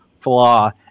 flaw